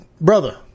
brother